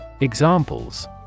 Examples